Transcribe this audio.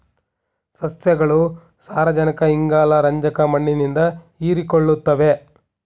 ಸಸ್ಯಗಳು ಸಾರಜನಕ ಇಂಗಾಲ ರಂಜಕ ಮಣ್ಣಿನಿಂದ ಹೀರಿಕೊಳ್ಳುತ್ತವೆ